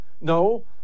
No